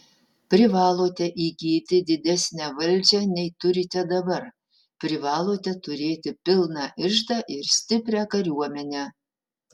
privalote įgyti didesnę valdžią nei turite dabar privalote turėti pilną iždą ir stiprią kariuomenę